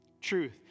Truth